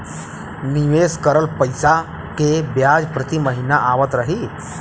निवेश करल पैसा के ब्याज प्रति महीना आवत रही?